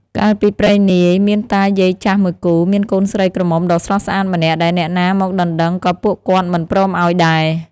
កាលពីព្រេងនាយ មានតាយាយចាស់មួយគូ មានកូនស្រីក្រមុំដ៏ស្រស់ស្អាតម្នាក់ ដែលអ្នកណាមកដណ្ដឹងក៏ពួកគាត់មិនព្រមឲ្យដែរ។